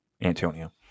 Antonio